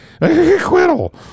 acquittal